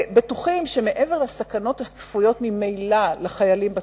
ובטוחים שמעבר לסכנות הצפויות ממילא לחיילים בצבא,